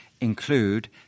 include